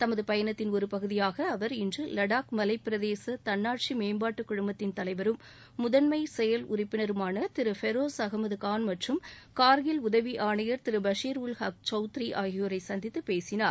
தனது பயணத்தின் ஒரு பகுதியாக அவர் இன்று வடாக் மலைப்பிரதேச தன்னாட்சி மேம்பாட்டு குழுமத்தின் தலைவரும் முதன்மை செயல் உறுப்பினருமான திரு பெரோஸ் அஹமது கான் மற்றும் காா்கில் உதவி ஆணையர் திரு பஷிர் உல் ஹக் சவுத்ரி ஆகியோரை சந்தித்து பேசினார்